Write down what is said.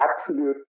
absolute